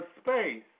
space